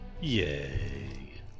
Yay